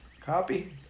Copy